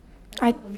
I